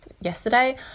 yesterday